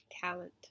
Talent